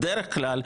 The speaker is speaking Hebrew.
בדרך כלל,